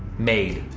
maid.